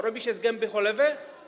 Robi się z gęby cholewę?